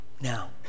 Now